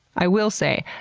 i will say,